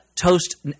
toast